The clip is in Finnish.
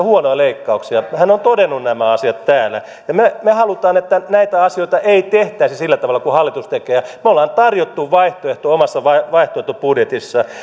huonoja leikkauksia hän on todennut nämä asiat täällä me me haluamme että näitä asioita ei tehtäisi sillä tavalla kuin hallitus tekee ja me olemme tarjonneet vaihtoehdon omassa vaihtoehtobudjetissamme